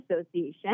association